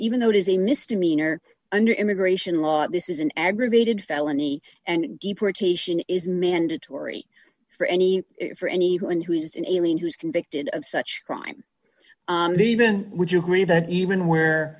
even though it is a misdemeanor under immigration law this is an aggravated felony and deportation is mandatory for any for any who and who's an alien who's convicted of such crime even would you agree that even w